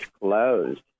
closed